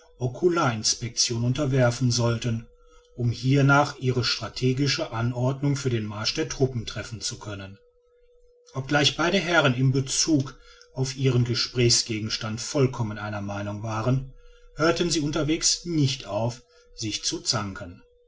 ocular inspection unterwerfen sollten um hiernach ihre strategischen anordnungen für den marsch der truppen treffen zu können obgleich beide herren in bezug auf ihren gesprächsgegenstand vollkommen einer meinung waren hörten sie unterwegs nicht auf sich zu zanken